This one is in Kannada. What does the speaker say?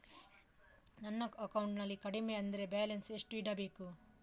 ನನ್ನ ಅಕೌಂಟಿನಲ್ಲಿ ಕಡಿಮೆ ಅಂದ್ರೆ ಬ್ಯಾಲೆನ್ಸ್ ಎಷ್ಟು ಇಡಬೇಕು?